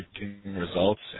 results